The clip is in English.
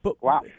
Wow